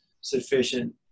sufficient